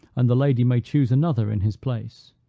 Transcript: and the lady may choose another in his place.